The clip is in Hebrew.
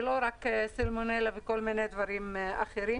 ולא רק סלמונלה וכל מיני דברים אחרים.